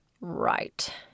Right